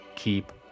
keep